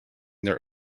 their